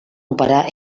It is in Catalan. operar